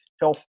health